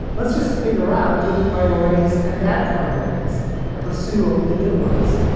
let's just figure out good priorities and bad priorities and pursue only the good ones.